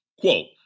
Quote